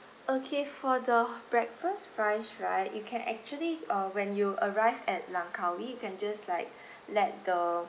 okay for the breakfast price right you can actually uh when you arrived at langkawi you can just like let the